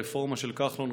הרפורמה של כחלון,